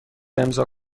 امضاء